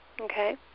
Okay